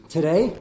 Today